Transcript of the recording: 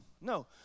No